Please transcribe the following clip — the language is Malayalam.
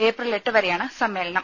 ഏപ്രിൽ എട്ടു വരെയാണ് സമ്മേളനം